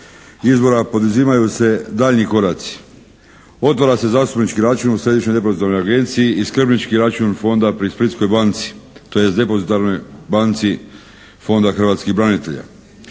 izbora poduzimaju se daljnji koraci. Otvara se zastupnički račun u Središnjoj depozitarnoj agenciji i skrbnički račun Fonda pri Splitskoj banci, tj. depozitarnoj banci Fonda hrvatskih branitelja.